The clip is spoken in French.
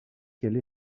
qu’elle